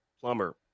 plumber